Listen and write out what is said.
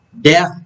death